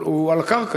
הוא על הקרקע,